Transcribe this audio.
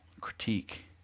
critique